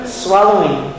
swallowing